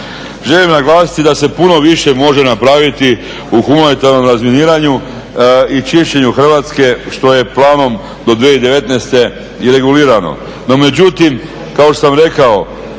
Želim naglasiti da se puno više može napraviti u humanitarnom razminiranju i čišćenju Hrvatske što je planom do 2019.i regulirano.